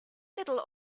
little